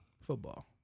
Football